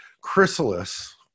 chrysalis